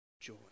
joy